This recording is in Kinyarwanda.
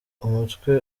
umutwe